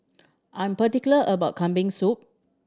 I'm particular about Kambing Soup